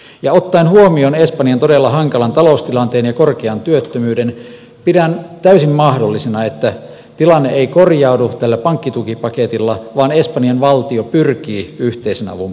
ja ottaen huomioon espanjan todella hankalan taloustilanteen ja korkean työttömyyden pidän täysin mahdollisena että tilanne ei korjaudu tällä pankkitukipaketilla vaan espanjan valtio pyrkii yhteisen avun piiriin